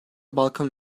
balkan